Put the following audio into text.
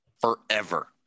forever